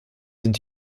sind